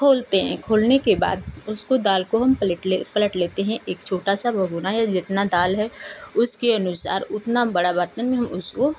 खोलते हैं खोलने के बाद उसको दाल को हम पलट ले पलट लेते हैं एक छोटा सा भगोना या जितना दाल है उसके अनुसार उतना बड़ा बर्तन में हम उसको